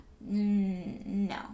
no